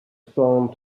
song